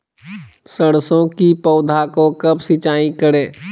सरसों की पौधा को कब सिंचाई करे?